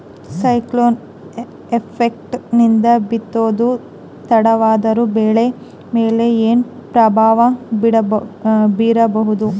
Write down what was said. Cyclone effect ನಿಂದ ಬಿತ್ತೋದು ತಡವಾದರೂ ಬೆಳಿ ಮೇಲೆ ಏನು ಪ್ರಭಾವ ಬೀರಬಹುದು?